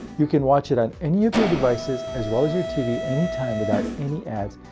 you can watch it on any of your devices, as well as your tv anytime without any ads.